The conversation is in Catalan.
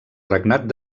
regnat